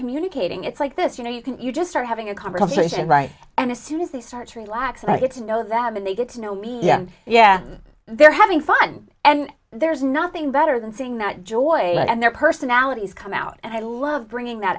communicating it's like this you know you can you just are having a conversation right and as soon as they start to relax i get to know them and they get to know me yeah they're having fun and there's nothing better than seeing that joy and their personalities come out and i love bringing that